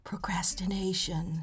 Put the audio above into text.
Procrastination